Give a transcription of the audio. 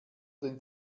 den